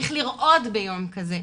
צריך לרעוד ביום כזה.